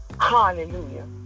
Hallelujah